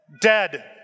dead